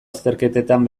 azterketetan